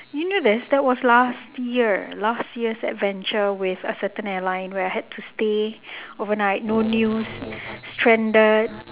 you know there's that was last year last year's adventure with a certain airline where I had to stay overnight no news stranded